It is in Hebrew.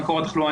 שהתחלואה